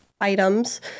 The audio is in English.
items